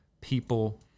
people